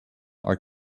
are